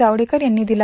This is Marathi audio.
जावडेकर यांनी दिला